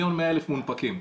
1,100,000 מונפקים.